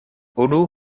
unu